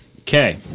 Okay